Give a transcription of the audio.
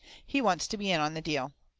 he wants to be in on the deal.